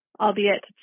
albeit